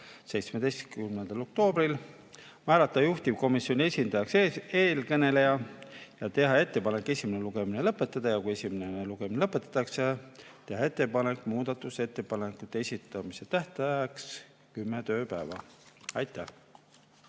17. oktoobril, määrata juhtivkomisjoni esindajaks [siin]kõneleja ja teha ettepanek esimene lugemine lõpetada ja kui esimene lugemine lõpetatakse, teha ettepanek [määrata] muudatusettepanekute esitamise tähtajaks kümme tööpäeva. Aitäh!